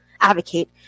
advocate